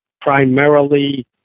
primarily